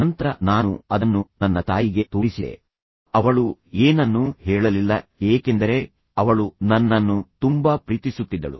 ನಂತರ ನಾನು ಅದನ್ನು ನನ್ನ ತಾಯಿಗೆ ತೋರಿಸಿದೆ ಅವಳು ಏನನ್ನೂ ಹೇಳಲಿಲ್ಲ ಏಕೆಂದರೆ ಅವಳು ನನ್ನನ್ನು ತುಂಬಾ ಪ್ರೀತಿಸುತ್ತಿದ್ದಳು